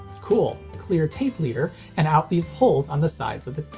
cool. clear tape leader, and out these holes on the sides of the,